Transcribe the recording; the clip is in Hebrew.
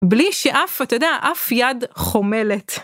בלי שאף, אתה יודע, אף יד חומלת.